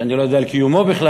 שאני לא יודע על קיומו בכלל.